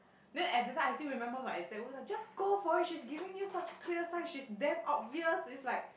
then at that time I still remember my exact words just go for it she's giving you such clear sign she's damn obvious it's like